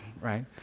right